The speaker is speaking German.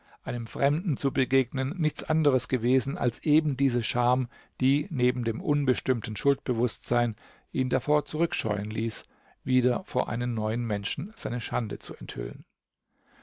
einem fremden zu begegnen nichts anderes gewesen als eben diese scham die neben dem unbestimmten schuldbewußtsein ihn davor zurückscheuen ließ wieder vor einem neuen menschen seine schande zu enthüllen